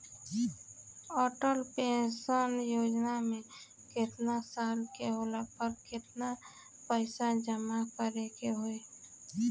Atal pension Yojana मे केतना साल के होला पर केतना पईसा जमा करे के होई?